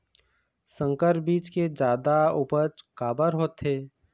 संकर बीज के जादा उपज काबर होथे?